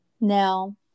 Now